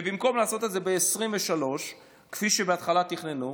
ובמקום לעשות את זה ב-2023, כפי שבהתחלה תכננו,